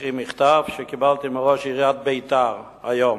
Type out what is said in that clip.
להקריא מכתב שקיבלתי מראש עיריית ביתר היום: